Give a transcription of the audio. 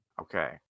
Okay